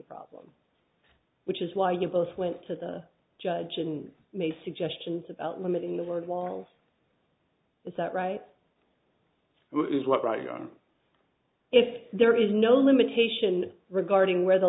problem which is why you both went to the judge and made suggestions about limiting the word walls is that right is right or wrong if there is no limitation regarding where the